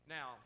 Now